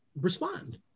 respond